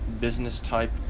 business-type